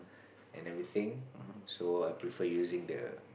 and everything so I prefer using the